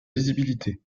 lisibilité